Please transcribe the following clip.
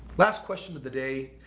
last question of the day,